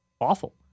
awful